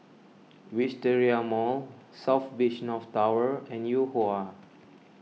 Wisteria Mall South Beach North Tower and Yuhua